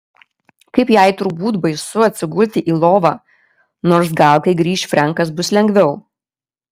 kaip jai turbūt baisu atsigulti į lovą nors gal kai grįš frenkas bus lengviau